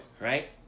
Right